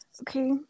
Okay